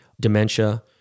dementia